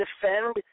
defend